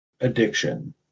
addiction